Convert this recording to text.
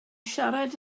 siarad